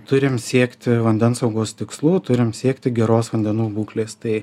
turim siekti vandensaugos tikslų turim siekti geros vandenų būklės tai